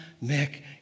make